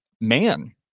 man